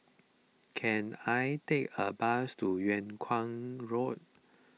can I take a bus to Yung Kuang Road